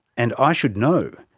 and i should know.